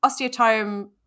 Osteotome